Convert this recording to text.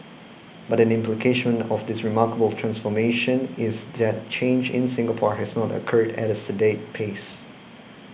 but an implication of this remarkable transformation is that change in Singapore has not occurred at a sedate pace